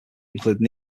including